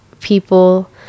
people